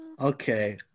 Okay